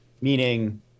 meaning